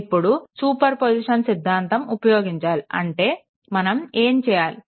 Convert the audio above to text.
ఇప్పుడు superposition సిద్ధాంతం ఉపయోగించాలి అంటే మనం ఏం చేయాలి